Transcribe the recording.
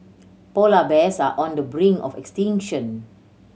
polar bears are on the brink of extinction